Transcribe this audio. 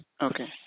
Okay